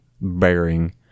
bearing